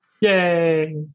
Yay